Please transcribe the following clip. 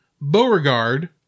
Beauregard